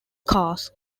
cars